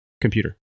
computer